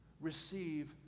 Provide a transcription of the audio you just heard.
receive